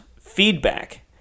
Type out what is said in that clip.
feedback